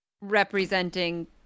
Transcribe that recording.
representing